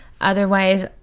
Otherwise